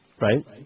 Right